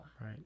Right